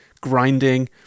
grinding